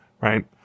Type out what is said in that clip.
right